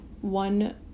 one